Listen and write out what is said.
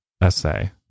essay